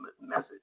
message